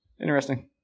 Interesting